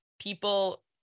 people